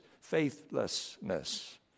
Faithlessness